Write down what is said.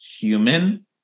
human